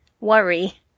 worry